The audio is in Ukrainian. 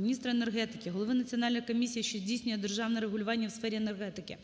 міністра енергетики, голови Національної комісії, що здійснює державне регулювання у сфері енергетики